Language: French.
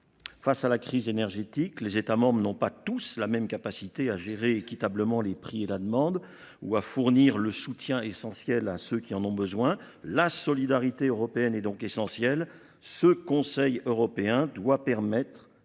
face à la crise énergétique, les États n'ont pas tous la même capacité à gérer équitablement les prix et la demande ou à fournir le soutien est essentiel à ceux qui en ont besoin. La solidarité européenne est donc essentiel ce Conseil européen doit permettre